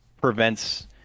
prevents